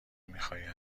میخای